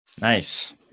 Nice